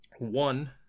One